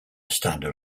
standard